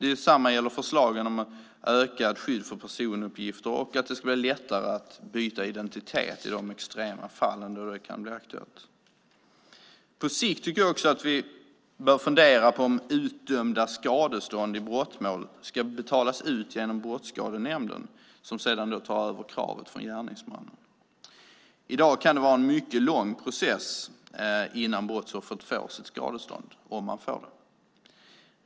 Detsamma gäller förslagen om ökat skydd för personuppgifter och att det ska bli lättare att få byta identitet i extrema fall då det kan bli aktuellt. På sikt bör vi även fundera på om utdömda skadestånd i brottmål ska betalas ut genom Brottsskadenämnden, som sedan tar över kravet på gärningsmannen. I dag kan det vara en mycket lång process innan brottsoffret får sitt skadestånd, om man får det.